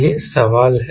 यह सवाल है